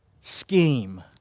scheme